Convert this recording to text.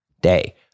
day